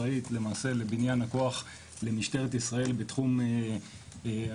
אחראית לבניין הכוח למשטרת ישראל בתחום ההפס"ד.